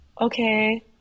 Okay